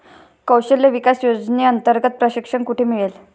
कौशल्य विकास योजनेअंतर्गत प्रशिक्षण कुठे मिळेल?